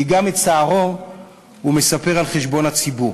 כי גם את שערו הוא מספר על חשבון הציבור.